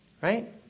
right